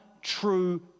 true